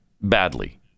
badly